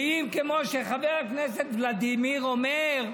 ואם, כמו שחבר הכנסת ולדימיר אומר,